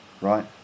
right